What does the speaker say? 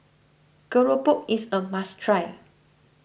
Keropok is a must try